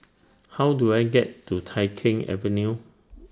How Do I get to Tai Keng Avenue